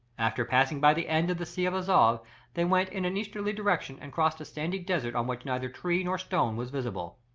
after passing by the end of the sea of azov they went in an easterly direction and crossed a sandy desert on which neither tree nor stone was visible.